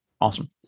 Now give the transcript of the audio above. Awesome